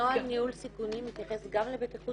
הנוהל ניהול סיכונים מתייחס גם לבטיחות